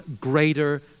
greater